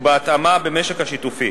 ובהתאמה במשק השיתופי,